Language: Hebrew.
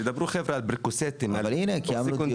תדברו על פרקוסטים ועל אוקסיקונטינים.